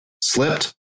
slipped